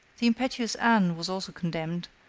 the impetuous anne was also condemned,